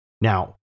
Now